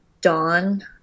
dawn